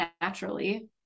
naturally